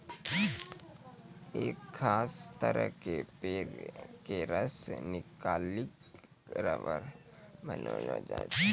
एक खास तरह के पेड़ के रस निकालिकॅ रबर बनैलो जाय छै